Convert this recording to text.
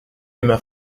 emma